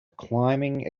climbing